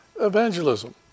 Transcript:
evangelism